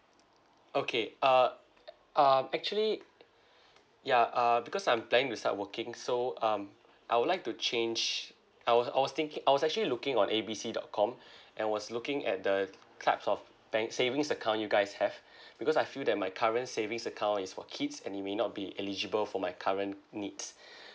okay uh um actually ya uh because I'm planning to start working so um I would like to change I was I was thinking I was actually looking on A B C dot com I was looking at the types of bank savings account you guys have because I feel that my current savings account is for kids and it may not be eligible for my current needs